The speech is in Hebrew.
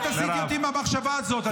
את לא תסיטי אותי מהמחשבה הזאת.